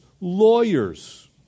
lawyers